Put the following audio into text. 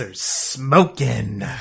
smoking